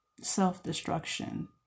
Self-destruction